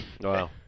Wow